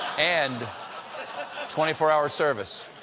and twenty four hour service.